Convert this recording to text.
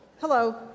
Hello